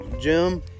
Jim